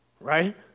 Right